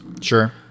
Sure